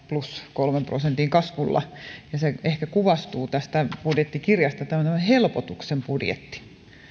kolmen prosentin kasvulla ja se ehkä kuvastuu tästä budjettikirjasta tämä on tämmöinen helpotuksen budjetti